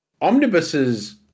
omnibuses